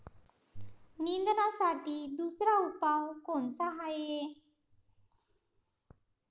निंदनासाठी दुसरा उपाव कोनचा हाये?